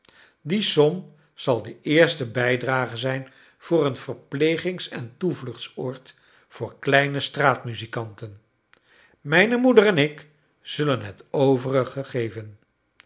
die som zal de eerste bijdrage zijn voor een verplegings en toevluchtsoord voor kleine straatmuzikanten mijne moeder en ik zullen het